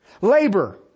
Labor